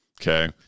Okay